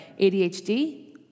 ADHD